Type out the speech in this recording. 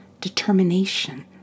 determination